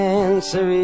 answer